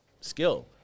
skill